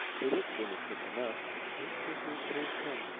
they look innocent enough. wait till your turn comes,